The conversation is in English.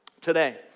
today